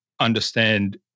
understand